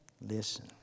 listen